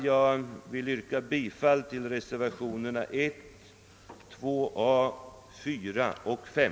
Jag yrkar bifall till reservationerna 1, 2 a, 4 och 5.